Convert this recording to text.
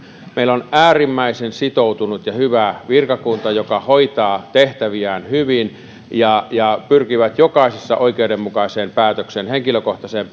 meillä on äärimmäisen sitoutunut ja hyvä virkakunta joka hoitaa tehtäviään hyvin ja ja pyrkii jokaisessa oikeudenmukaiseen päätökseen henkilökohtaiseen